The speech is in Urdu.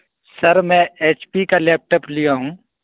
سر میں ایچ پی کا لیپ ٹاپ لیا ہوں